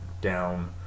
down